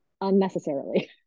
unnecessarily